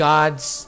God's